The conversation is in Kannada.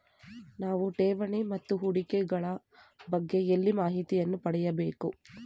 ನಾವು ಠೇವಣಿ ಮತ್ತು ಹೂಡಿಕೆ ಗಳ ಬಗ್ಗೆ ಎಲ್ಲಿ ಮಾಹಿತಿಯನ್ನು ಪಡೆಯಬೇಕು?